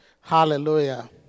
hallelujah